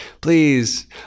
please